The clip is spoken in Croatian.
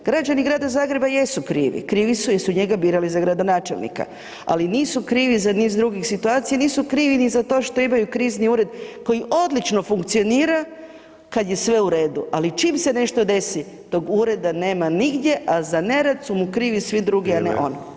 Građani Grada Zagreba jesu krivi, krivi su jer su njega birali za gradonačelnika, ali nisu krivi za niz drugih situacija, nisu krivi ni za to što imaju krizni ured koji odlično funkcionira kad je sve u redu, ali čim se nešto desi to ureda nema nigdje, a za nerad su mu krivi svi drugi [[Upadica: Vrijeme]] a ne on.